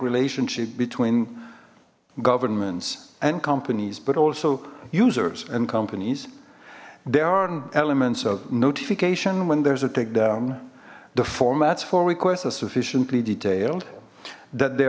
relationship between governments and companies but also users and companies there are elements of notification when there's a takedown the formats for requests are sufficiently detailed that the